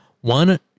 one